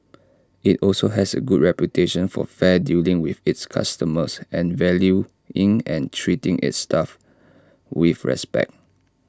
IT also has A good reputation for fair dealing with its customers and valuing and treating its staff with respect